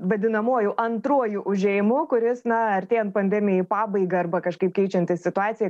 vadinamuoju antruoju užėjimu kuris na artėjant pandemijai į pabaigą arba kažkaip keičiantis situacijai